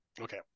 Okay